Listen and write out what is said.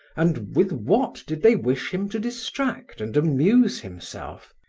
and with what did they wish him to distract and amuse himself?